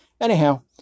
Anyhow